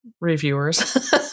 reviewers